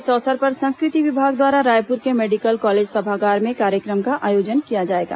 इस अवसर पर संस्कृति विभाग द्वारा रायपुर के मेडिकल कॉलेज सभागार में कार्यक्रम का आयोजन किया जाएगा